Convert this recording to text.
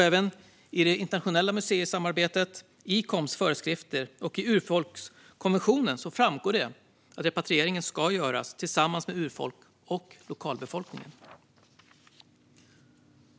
Även i det internationella museisamarbetet ICOM:s föreskrifter och i urfolkskonventionen framgår det att repatriering ska göras tillsammans med urfolk och lokalbefolkningen.